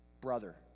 Brother